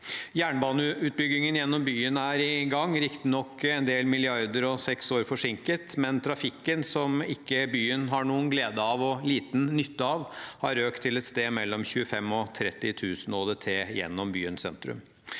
Jernbaneutbyggingen gjennom byen er i gang, riktignok en del milliarder og seks år forsinket, men trafikken som ikke byen har noen glede og liten nytte av, har økt til et sted mellom 25 000 og 30 000 ÅDT gjennom byens sentrum.